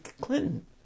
Clinton